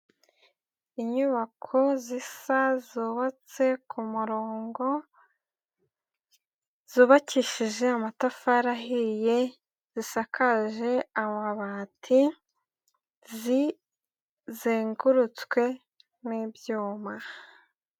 Inyubako zisa zubatse ku kumurongo, zubakishije amatafari ahiye, zisakaje amabati, zizengurutswe n'ibyuma.